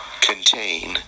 contain